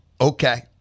Okay